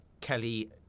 Kelly